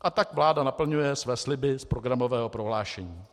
A tak vláda naplňuje své sliby z programového prohlášení.